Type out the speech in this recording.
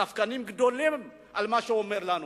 ספקנים גדולים כלפי מה שהוא אומר לנו,